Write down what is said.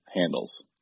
handles